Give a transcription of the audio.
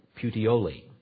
Puteoli